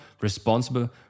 responsible